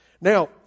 Now